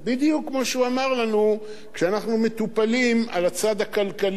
בדיוק כמו שהוא אמר לנו כשאנחנו מטופלים בצד הכלכלי.